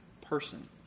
person